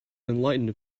enlightened